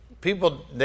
People